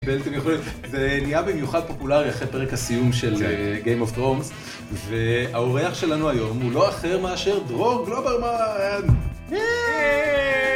זה נהיה במיוחד פופולארי אחרי פרק הסיום של Game of Thrones והאורח שלנו היום הוא לא אחר מאשר דרור גלוברמן